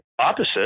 opposite